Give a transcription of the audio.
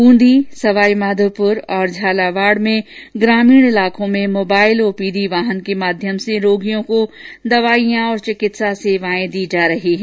बूंदी और सवाईमाधोपुर और झालावाड़ में ग्रामीण क्षेत्रों में मोबाईल ओपीडी वाहन के माध्यम से रोगियों को दवाईयां और चिकित्सा सेवायें दी जा रही है